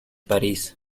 parís